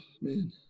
man